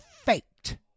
faked